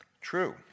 True